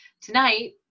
tonight